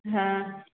हाँ